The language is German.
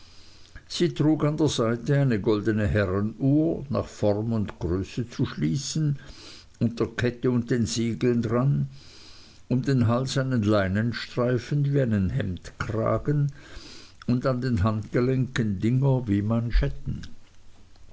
sie trug an der seite eine goldne herrenuhr nach form und größe zu schließen und der kette und den siegeln daran um den hals einen leinenstreifen wie einen hemdkragen und an den handgelenken dinger wie manschetten